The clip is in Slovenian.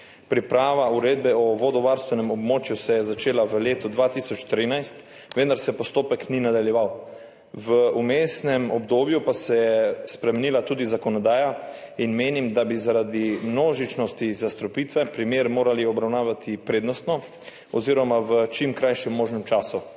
Priprava uredbe o vodovarstvenem območju se je začela v letu 2013, vendar se postopek ni nadaljeval. V vmesnem obdobju pa se je spremenila tudi zakonodaja in menim, da bi zaradi množičnosti zastrupitve primer morali obravnavati prednostno oziroma v čim krajšem možnem času.